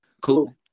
Cool